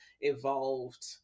evolved